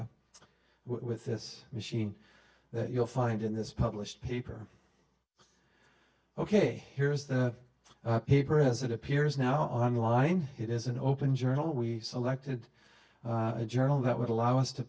the with this machine that you'll find in this published paper ok here is the paper as it appears now online it is an open journal we selected a journal that would allow us to